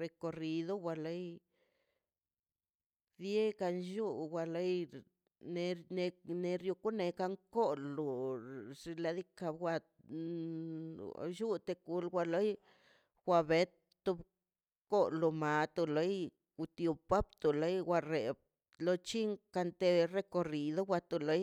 recorrido wa lei bieꞌ kan lluu ner- ner- nerlo kunekan kolu xnaꞌ diikaꞌ wat llute wa ko loi kwa beto kolo mato loi wtio pato loi ree lo chin kan te recorrido to loi.